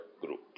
group